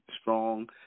strong